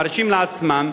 מרשים לעצמם,